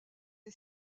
est